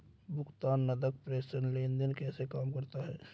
भुगतान नकद प्रेषण लेनदेन कैसे काम करता है?